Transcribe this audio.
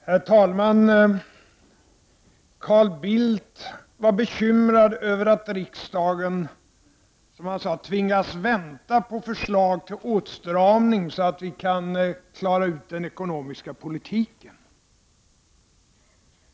Herr talman! Carl Bildt var bekymrad över att riksdagen, som han sade, tvingas vänta på förslag till åtstramning så att vi kan klara ut den ekonomiska politiken.